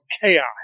chaos